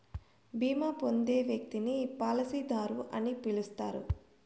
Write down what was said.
బీమా పొందే వ్యక్తిని పాలసీదారు అని పిలుస్తారు